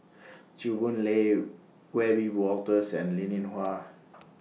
Chew Boon Lay Wiebe Wolters and Linn in Hua